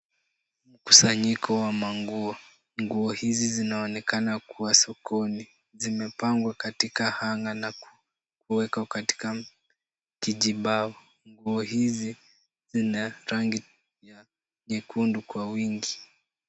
Mkusanyiko wa manguo. Nguo hizi zinaonekana kuwa sokoni. Zimepangwa katika hunger na kuwekwa katika kijibao. Nguo hizi zina rangi ya nyekundu kwa wingi.